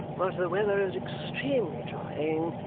but the weather is extremely trying,